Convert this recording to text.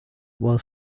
while